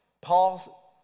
Paul